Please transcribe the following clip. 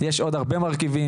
יש עוד הרבה מרכיבים,